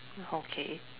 okay